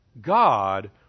God